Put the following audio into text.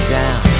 down